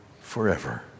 forever